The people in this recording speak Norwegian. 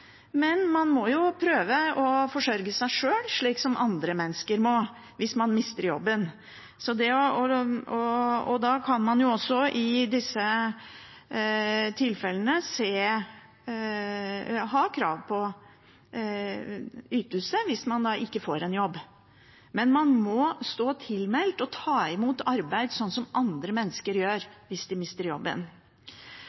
men man må jo prøve å forsørge seg sjøl, slik som andre mennesker må hvis de mister jobben. Man kan også i disse tilfellene ha krav på en ytelse hvis man ikke får jobb, men man må stå tilmeldt og ta imot arbeid, slik andre mennesker gjør